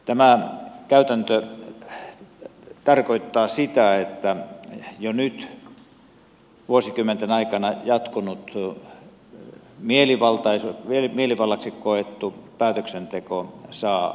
tämä käytäntö tarkoittaa sitä että jo nyt vuosikymmenten aikana jatkunut mielivallaksi koettu päätöksenteko saa jatkua